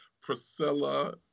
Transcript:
Priscilla